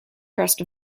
crest